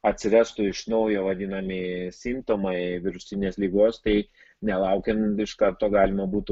atsivestų iš naujo vadinami simptomai virusinės ligos tai nelaukiant iš karto galima būtų